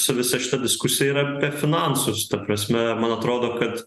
su visa šita diskusija yra apie finansus ta prasme man atrodo kad